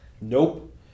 Nope